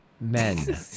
men